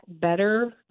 better